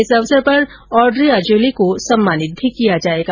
इस अवसर पर ऑड्रे अजौले को सम्मानित भी किया जाएगा